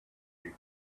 you